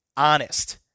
Honest